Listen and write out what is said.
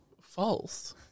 false